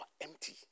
empty